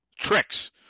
Tricks